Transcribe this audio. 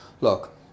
look